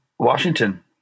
Washington